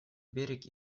берег